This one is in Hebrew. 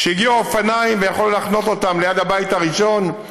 כשהגיעו האופניים ויכולת להחנות אותם ליד הבית הראשון,